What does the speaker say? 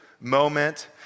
moment